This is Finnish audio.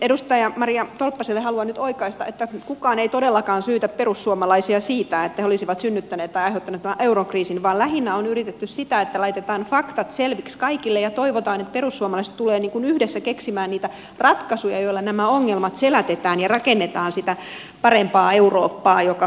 edustaja maria tolppaselle haluan nyt oikaista että kukaan ei todellakaan syytä perussuomalaisia siitä että he olisivat synnyttäneet tai aiheuttaneet tämän eurokriisin vaan lähinnä on yritetty sitä että laitetaan faktat selviksi kaikille ja toivotaan että perussuomalaiset tulevat yhdessä keksimään niitä ratkaisuja joilla nämä ongelmat selätetään ja rakennetaan sitä parempaa eurooppaa joka kukoistaa